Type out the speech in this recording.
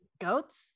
goats